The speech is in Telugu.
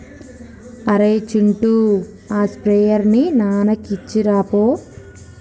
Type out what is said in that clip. అరేయ్ చింటూ ఆ స్ప్రేయర్ ని నాన్నకి ఇచ్చిరాపో